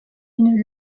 une